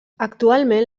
actualment